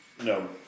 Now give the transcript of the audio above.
No